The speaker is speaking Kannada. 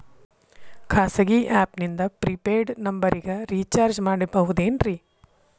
ಖಾಸಗಿ ಆ್ಯಪ್ ನಿಂದ ಫ್ರೇ ಪೇಯ್ಡ್ ನಂಬರಿಗ ರೇಚಾರ್ಜ್ ಮಾಡಬಹುದೇನ್ರಿ?